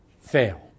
fail